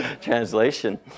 translation